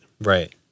Right